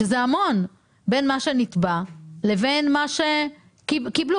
שזה המון, בין מה שנתבע לבין מה שקיבלו.